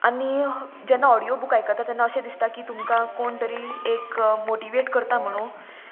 आनी जेन्ना audio book आयकता तेन्ना अशें दिसता की तुमकां कोण तरी एक मोटिवेट करता म्हणून